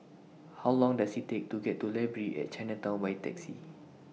How Long Does IT Take to get to Library At Chinatown By Taxi